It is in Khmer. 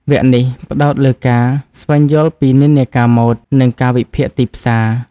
វគ្គនេះផ្តោតលើការ ស្វែងយល់ពីនិន្នាការម៉ូដ និងការវិភាគទីផ្សារ។